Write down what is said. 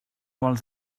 vols